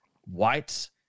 white